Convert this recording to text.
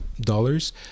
dollars